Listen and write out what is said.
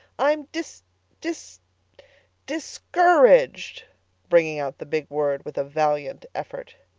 i'm dis dis discouraged bringing out the big word with a valiant effort.